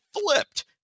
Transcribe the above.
flipped